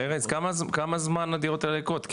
ארז, כמה זמן הדירות האלה ריקות?